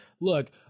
look